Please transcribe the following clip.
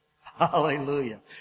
Hallelujah